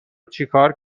چیکار